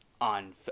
on